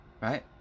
right